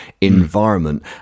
environment